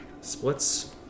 Splits